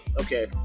okay